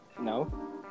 No